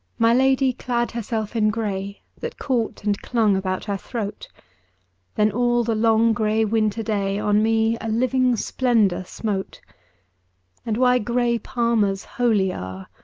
my lady clad herself in grey, that caught and clung about her throat then all the long grey winter-day on me a living splendour smote and why grey palmers holy are,